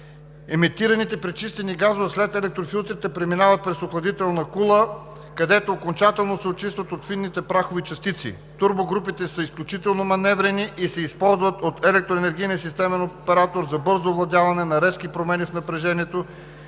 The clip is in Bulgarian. Емитираните пречистени газове след електрофилтрите преминават през охладителна кула, където окончателно се очистват от фините прахови частици. Турбо групите са изключително маневрени и се използват от електроенергийния системен оператор за бързо овладяване на резки промени в напрежението